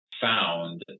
found